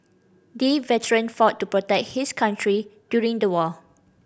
the veteran fought to protect his country during the war